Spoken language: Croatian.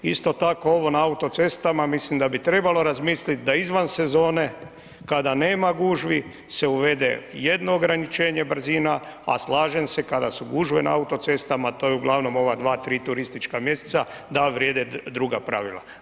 Isto tako, ovo na autocestama, mislim da bi trebalo razmisliti da izvan sezone kada nema gužvi se uvede jedno ograničenje brzina a slažem se, kada su gužve na autocestama, to je uglavnom ova dva, tri turistička mjeseca, da vrijede druga pravila.